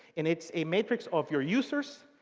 and it's a matrix of your users,